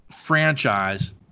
franchise